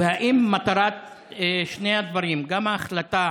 האם מטרת שני הדברים, גם ההחלטה